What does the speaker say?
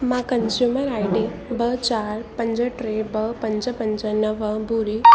मां consumer ID ॿ चारि पंज टे ॿ पंज पंज नव ॿुड़ी